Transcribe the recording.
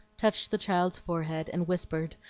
touched the child's forehead, and whispered,